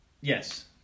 Yes